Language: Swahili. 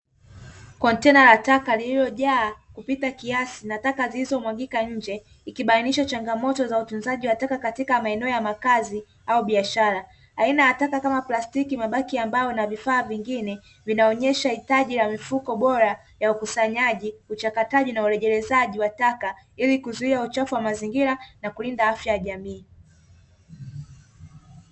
Contena la taka lililojaa kupita kiasi na taka zilizomwagika nje, ikibainisha changamoto za utunzaji wa taka katika maeneo ya makazi au biashara, aina ya taka kama plastiki mabaki ya mbao na vifaa vingine vinaonyesha hitaji la mifuko bora ya ukusanyaji, uchakataji na urejelezaji wa taka ili kuzuia uchafu wa mazingira na kulinda afya ya jamii.